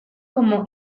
como